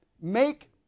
Make